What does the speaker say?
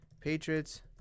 Patriots